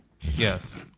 Yes